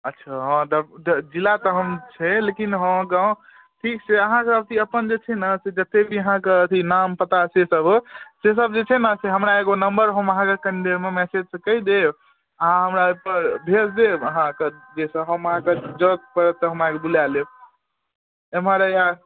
अच्छा हँ द द जिला तहन छै लेकिन हँ गावँ ठीक छै अहाँ सब चीज अपन जे छै ने जतेक भी अथी अहाँकऽ नाम पता से सब हो से सब जे छै ने से हमरा एगो नम्बर हम अहाँकऽ कनी देरमे मैसेज से कहि देब अहाँ हमरा पर भेज देब अहाँकऽ जाहिसँ हम अहाँकऽ जरूरत पड़त तऽ हम अहाँकऽ बुलाए लेब एम्हर हैआ